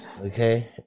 Okay